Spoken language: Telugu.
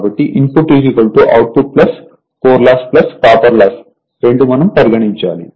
కాబట్టి input output core loss copper loss రెండూ మనం పరిగణించాలి